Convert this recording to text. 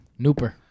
Nooper